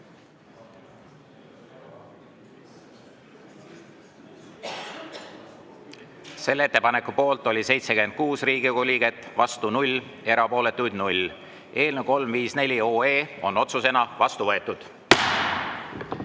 Ettepaneku poolt oli 76 Riigikogu liiget, vastu 0, erapooletuid 0. Eelnõu 354 on otsusena vastu võetud.